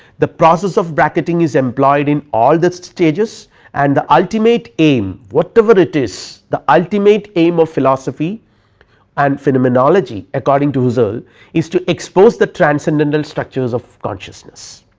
the process of bracketing is employed in all the stages and the ultimate aim whatever it is the ultimate aim of philosophy and phenomenology according to husserl ah is to expose the transcendental structures of consciousness.